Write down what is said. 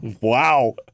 Wow